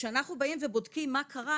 כשאנחנו באים ובודקים מה קרה,